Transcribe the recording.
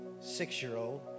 six-year-old